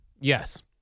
Yes